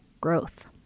growth